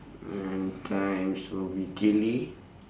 and times will be